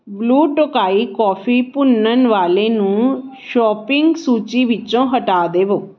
blue Tokai coffee ਭੁੰਨਣ ਵਾਲੇ ਨੂੰ ਸ਼ੋਪਿੰਗ ਸੂਚੀ ਵਿੱਚੋ ਹਟਾ ਦੇਵੋ